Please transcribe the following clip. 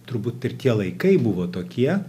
turbūt ir tie laikai buvo tokie